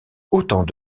autant